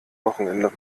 wochenende